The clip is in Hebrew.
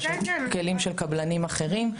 לא של כלים של קבלנים אחרים,